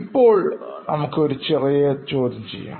ഇപ്പോൾ നമുക്ക് ഒരു ചെറിയ ചോദ്യം ചെയ്യാം